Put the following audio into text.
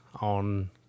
on